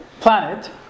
planet